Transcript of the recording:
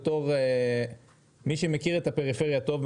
בתור מי שמכיר את הפריפריה טוב,